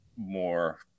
More